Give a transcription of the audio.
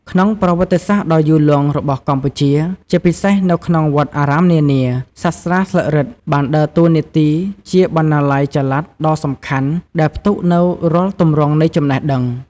ក្នុងប្រវត្តិសាស្រ្តដ៏យូរលង់របស់កម្ពុជា ជាពិសេសនៅក្នុងវត្តអារាមនានា សាស្រ្តាស្លឹករឹតបានដើរតួនាទីជាបណ្ណាល័យចល័តដ៏សំខាន់ដែលផ្ទុកនូវរាល់ទម្រង់នៃចំណេះដឹង។